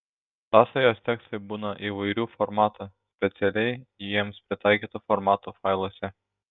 sąsajos tekstai būna įvairių formatų specialiai jiems pritaikytų formatų failuose